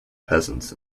peasants